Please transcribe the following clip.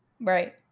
Right